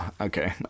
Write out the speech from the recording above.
okay